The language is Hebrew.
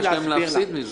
מה יש להם להפסיד מזה.